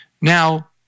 Now